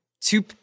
two